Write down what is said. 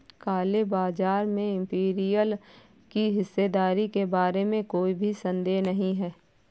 काले बाजार में इंपीरियल की हिस्सेदारी के बारे में भी कोई संदेह नहीं है